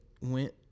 went